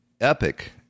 epic